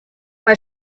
bei